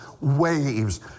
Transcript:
waves